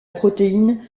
protéine